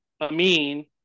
Amin